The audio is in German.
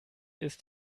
ist